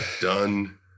done